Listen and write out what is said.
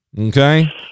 okay